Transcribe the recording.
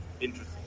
Interesting